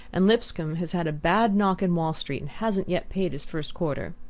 and lipscomb has had a bad knock in wall street, and hasn't yet paid his first quarter.